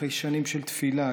אחרי שנים של תפילה,